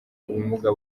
ubumuga